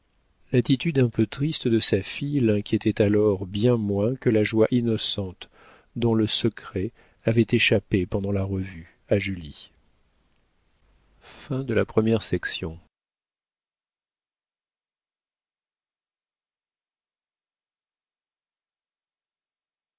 l'attitude un peu triste de sa fille l'inquiétait alors bien moins que la joie innocente dont le secret avait échappé pendant la revue à julie